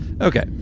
Okay